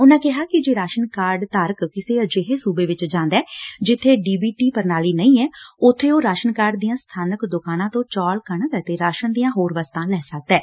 ਉਨਾਂ ਕਿਹਾ ਕਿ ਜੇ ਰਾਸ਼ਨ ਕਾਰਡ ਧਾਰਕ ਕਿਸੇ ਅਜਿਹੇ ਸੁਬੇ ਚ ਜਾਂਦੈ ਜਿੱਬੇ ਡੀ ਬੀ ਟੀ ਪ੍ਰਣਾਲੀ ਨਹੀ ਐ ਉਬੇ ਉਹ ਰਾਸ਼ਨ ਦੀਆਂ ਸਬਾਨਕ ਦੁਕਾਨਾਂ ਤੋਂ ਚੌਲ ਕਣਕ ਅਤੇ ਰਾਸਨ ਦੀਆਂ ਹੋਰ ਵਸਤਾਂ ਲੈ ਸਕਦੈ